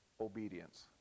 obedience